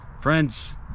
Friends